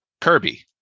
Kirby